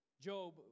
Job